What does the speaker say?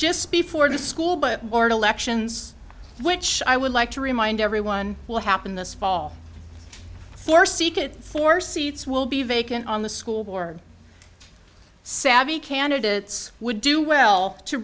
just before the school but or to elections which i would like to remind everyone will happen this fall for secret four seats will be vacant on the school board savvy candidates would do well to